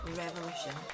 revolution